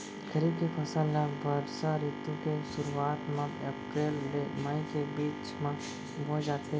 खरीफ के फसल ला बरसा रितु के सुरुवात मा अप्रेल ले मई के बीच मा बोए जाथे